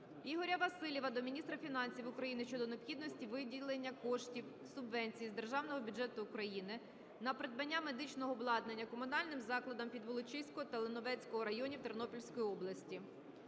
Ігоря Василіва до міністра фінансів України щодо необхідності виділення коштів (субвенції) з Державного бюджету України на придбання медичного обладнання комунальним закладам Підволочиського та Лановецького районів Тернопільської області.